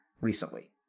recently